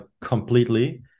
completely